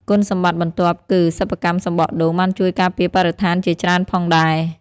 គុណសម្បត្តិបន្ទាប់គឺ សិប្បកម្មសំបកដូង បានជួយការពារបរិស្ថានជាច្រើនផងដែរ។